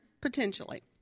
Potentially